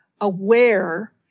aware